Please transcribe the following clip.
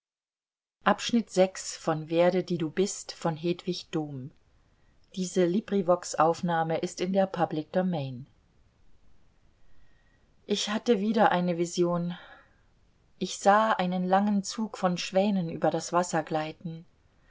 zerschmettere sie ich hatte wieder eine vision ich sah einen langen zug von schwänen über das wasser gleiten